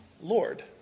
Lord